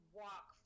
walk